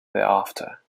thereafter